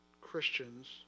Christians